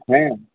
হ্যাঁ